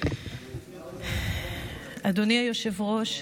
אדוני היושב-ראש,